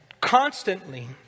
Constantly